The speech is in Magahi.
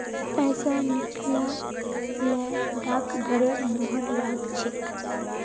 पैसा निकला ल डाकघरेर मुहर लाग छेक